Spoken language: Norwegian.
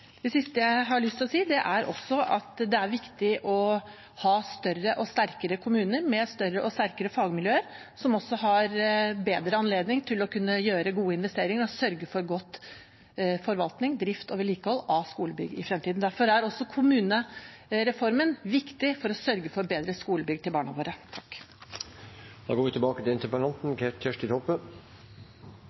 Det siste jeg har lyst til å si, er at det er viktig å ha større og sterkere kommuner med større og sterkere fagmiljøer, som også har bedre anledning til å kunne gjøre gode investeringer og sørge for god forvaltning, drift og vedlikehold av skolebygg i fremtiden. Også derfor er kommunereformen viktig: å sørge for bedre skolebygg til barna våre. Takk til dei som tok del i debatten. Til